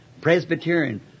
Presbyterian